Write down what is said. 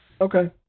Okay